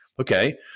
Okay